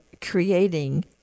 creating